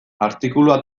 artikulua